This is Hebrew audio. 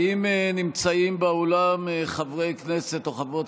האם נמצאים באולם חברי כנסת או חברות